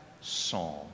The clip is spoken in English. psalm